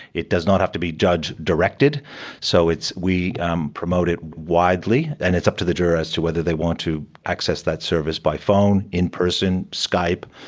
it does not have to be judge-directed. so we um promote it widely and it's up to the juror as to whether they want to access that service by phone, in person, skype,